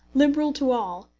liberal to all,